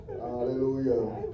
Hallelujah